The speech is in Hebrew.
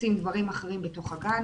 עושים דברים אחרים בתוך הגן.